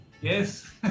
Yes